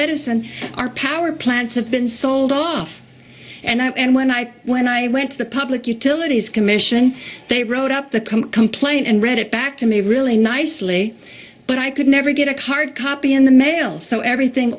edison our power plants have been sold off and i and when i when i went to the public utilities commission they wrote up the come complaint and read it back to me really nicely but i could never get a card copy in the mail so everything